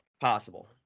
possible